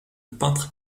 peintre